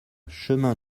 chemin